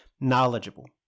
knowledgeable